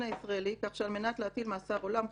הישראלי כך שעל מנת להטיל מאסר עולם חובה,